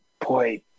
boy